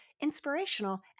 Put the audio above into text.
inspirational